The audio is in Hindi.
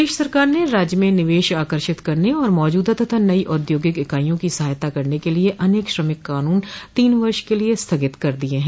प्रदेश सरकार ने राज्य में निवेश आकर्षित करने और मौजूदा तथा नई औद्योगिक इकाइयों की सहायता करने के लिए अनेक श्रमिक कानून तीन वर्ष के लिए स्थगित कर दिये हैं